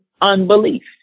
unbelief